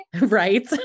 Right